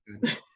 good